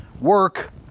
Work